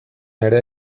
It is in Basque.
ere